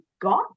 got